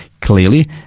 clearly